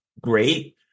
great